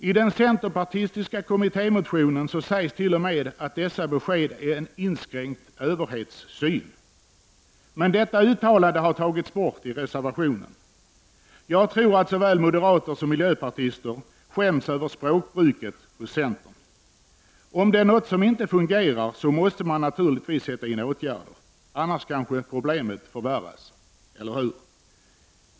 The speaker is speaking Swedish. I den centerpartistiska kommitfemotionen sägs t.o.m. att dessa besked avslöjar en inskränkt överhetssyn men det uttalandet har tagits bort i reservationen. Jag tror att såväl moderater som miljöpartister skäms över språkbruket hos centern. Om det är något som inte fungerar så måste man naturligtvis sätta in åtgärder, annars kanske problemet förvärras, eller hur?